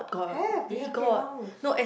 have we have kelongs